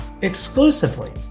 exclusively